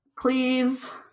please